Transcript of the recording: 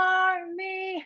army